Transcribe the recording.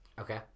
Okay